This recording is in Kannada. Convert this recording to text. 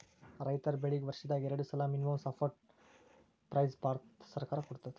ರೈತರ್ ಬೆಳೀಗಿ ವರ್ಷದಾಗ್ ಎರಡು ಸಲಾ ಮಿನಿಮಂ ಸಪೋರ್ಟ್ ಪ್ರೈಸ್ ಭಾರತ ಸರ್ಕಾರ ಕೊಡ್ತದ